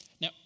Now